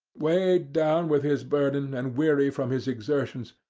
weighed down with his burden, and weary from his exertions,